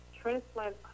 transplant